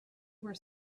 were